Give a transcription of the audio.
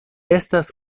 estas